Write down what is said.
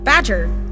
Badger